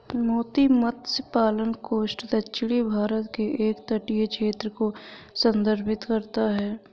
मोती मत्स्य पालन कोस्ट दक्षिणी भारत के एक तटीय क्षेत्र को संदर्भित करता है